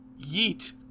Yeet